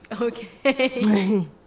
okay